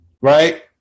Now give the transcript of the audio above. right